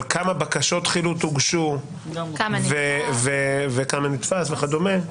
אבל כמה בקשות חילוט הוגשו וכמה נתפס וכדומה,